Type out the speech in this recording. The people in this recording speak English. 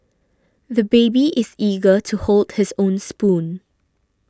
the baby is eager to hold his own spoon